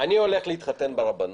אני הולך להתחתן ברבנות,